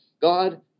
God